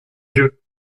vieux